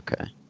Okay